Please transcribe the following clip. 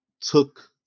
took